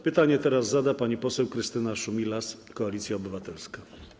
Pytanie teraz zada pani poseł Krystyna Szumilas, Koalicja Obywatelska.